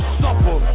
supper